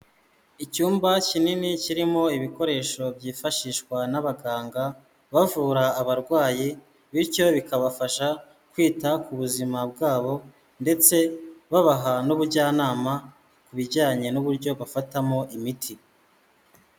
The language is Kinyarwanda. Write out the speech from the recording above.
Icyumba kinini kirimo ibikoresho byifashishwa n'abaganga bavura abarwayi, bityo bikabafasha kwita ku buzima bwabo ndetse babaha n'ubujyanama ku bijyanye n'uburyo bafatamo imiti.